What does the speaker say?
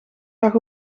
lag